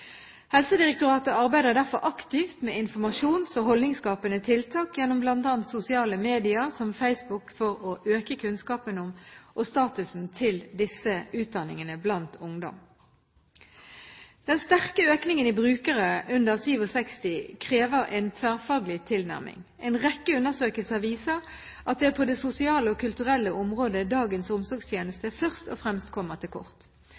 Helsedirektoratet arbeider derfor aktivt med informasjons- og holdningsskapende tiltak gjennom bl.a. sosiale medier som Facebook for å øke kunnskapen om og statusen til disse utdanningene blant ungdom. Den sterke økningen i brukere under 67 år krever en tverrfaglig tilnærming. En rekke undersøkelser viser at det er på det sosiale og kulturelle området dagens omsorgstjeneste først og fremst kommer til kort.